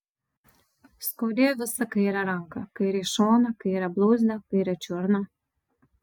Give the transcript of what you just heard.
skaudėjo visą kairę ranką kairį šoną kairę blauzdą kairę čiurną